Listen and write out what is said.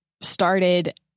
started